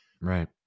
Right